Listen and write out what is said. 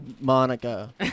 Monica